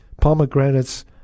pomegranates